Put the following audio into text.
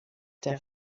der